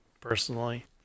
personally